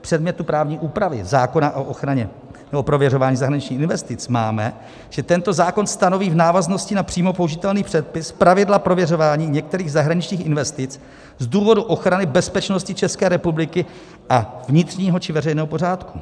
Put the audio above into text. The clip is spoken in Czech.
předmětu právní úpravy zákona o ochraně nebo prověřování zahraničních investic máme, že tento zákon stanoví v návaznosti na přímo použitelný předpis pravidla prověřování některých zahraničních investic z důvodu ochrany bezpečnosti České republiky a vnitřního či veřejného pořádku.